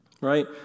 right